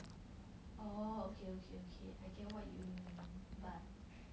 oh okay okay okay I get what you mean but